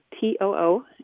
T-O-O